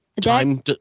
time